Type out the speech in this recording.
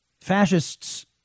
Fascists